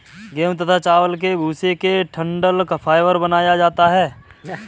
गेहूं तथा चावल के भूसे से डठंल फाइबर बनाया जाता है